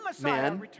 man